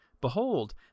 Behold